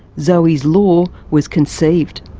zoe's law was conceived.